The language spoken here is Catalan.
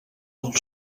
del